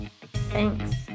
thanks